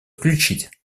включить